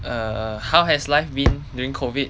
err how has life been during COVID